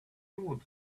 dawn